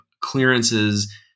clearances